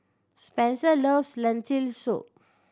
Spenser loves Lentil Soup